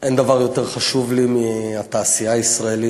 אין דבר יותר חשוב לי מהתעשייה הישראלית.